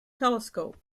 telescope